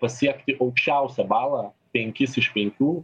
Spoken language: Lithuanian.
pasiekti aukščiausią balą penkis iš penkių